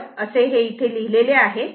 तर असे हे इथे लिहिलेले आहे